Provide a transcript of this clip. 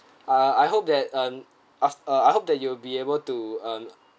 ah I hope that um aft~ ah I hope that you will be able to um